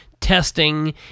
testing